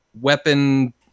weapon